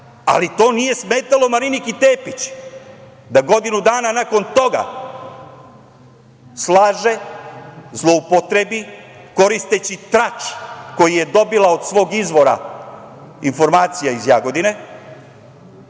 to nije smetalo Mariniki Tepić da godinu dana nakon toga slaže, zloupotrebi, koristeći trač koji je dobila od svog izvora informacija iz Jagodine